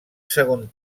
segon